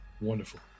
wonderful